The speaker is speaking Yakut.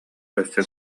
өссө